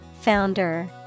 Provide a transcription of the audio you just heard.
Founder